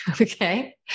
Okay